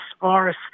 virus